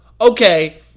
Okay